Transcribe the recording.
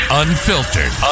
unfiltered